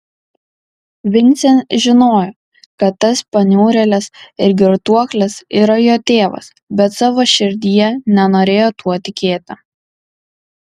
vincė žinojo kad tas paniurėlis ir girtuoklis yra jo tėvas bet savo širdyje nenorėjo tuo tikėti